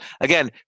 Again